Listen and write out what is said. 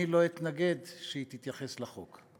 אני לא אתנגד שהיא תתייחס לחוק.